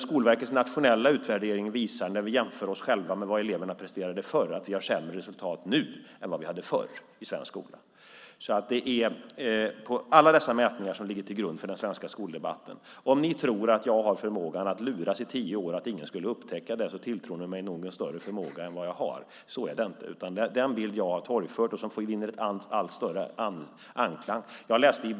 Skolverkets nationella utvärdering visar, när vi jämför med vad eleverna presterade förr, att resultaten är sämre nu än vad de var förr i svensk skola. Det är alltså alla dessa mätningar som ligger till grund för den svenska skoldebatten. Om ni tror att jag har förmågan att luras i tio år utan att någon skulle upptäcka det tilltror ni mig nog en större förmåga än vad jag har. Så är det inte. Den bild som jag har torgfört vinner allt större genklang.